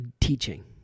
teaching